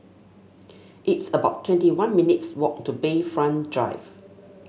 it's about twenty one minutes' walk to Bayfront Drive